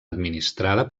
administrada